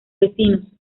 vecinos